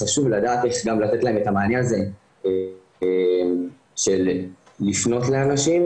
חשוב לדעת איך גם לתת להם את המענה הזה של לפנות לאנשים,